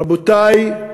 רבותי,